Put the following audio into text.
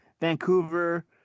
vancouver